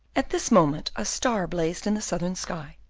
at this moment, a star blazed in the southern sky,